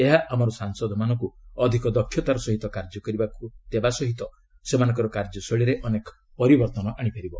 ଏହା ଆମର ସାଂସଦମାନଙ୍କୁ ଅଧିକ ଦକ୍ଷତାର ସହିତ କାର୍ଯ୍ୟ କରିବାକୁ ଦେବା ସହ ସେମାନଙ୍କର କାର୍ଯ୍ୟଶୈଳୀରେ ଅନେକ ପରିବର୍ତ୍ତନ ଆଶିପାରିବ